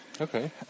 Okay